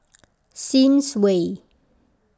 Sims Way